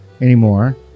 anymore